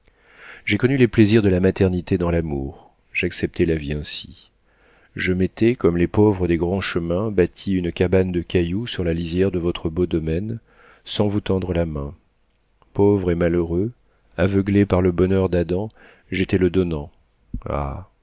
j'ai connu les plaisirs de la maternité dans l'amour j'acceptais la vie ainsi je m'étais comme les pauvres des grands chemins bâti une cabane de cailloux sur la litière de votre beau domaine sans vous tendre la main pauvre et malheureux aveuglé par le bonheur d'adam j'étais le donnant ah